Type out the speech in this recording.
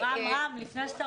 רם, לפני שאתה